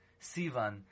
Sivan